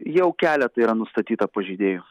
jau keletą yra nustatyta pažeidėjų